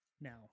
now